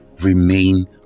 remain